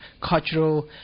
cultural